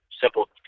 simple